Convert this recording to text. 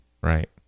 Right